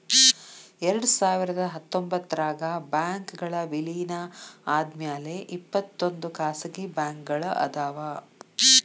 ಎರಡ್ಸಾವಿರದ ಹತ್ತೊಂಬತ್ತರಾಗ ಬ್ಯಾಂಕ್ಗಳ್ ವಿಲೇನ ಆದ್ಮ್ಯಾಲೆ ಇಪ್ಪತ್ತೊಂದ್ ಖಾಸಗಿ ಬ್ಯಾಂಕ್ಗಳ್ ಅದಾವ